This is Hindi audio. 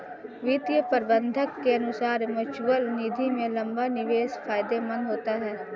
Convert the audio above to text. वित्तीय प्रबंधक के अनुसार म्यूचअल निधि में लंबा निवेश फायदेमंद होता है